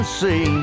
see